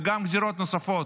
וגם גזירות נוספות.